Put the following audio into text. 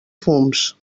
fums